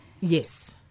Yes